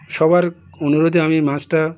সবার অনুরোধে আমি মাছটা